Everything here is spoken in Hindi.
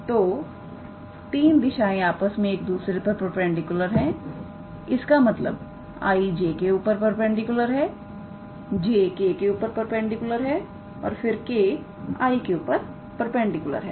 तो3 दिशाएं आपस में एक दूसरे पर परपेंडिकुलर है इसका मतलब𝑖̂ 𝑗̂ के ऊपर परपेंडिकुलर है 𝑗̂ 𝑘̂के ऊपर परपेंडिकुलर है और फिर𝑘̂ 𝑖̂ के ऊपर परपेंडिकुलर है